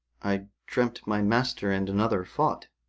i dreamt my master and another fought,